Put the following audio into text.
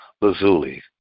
lazuli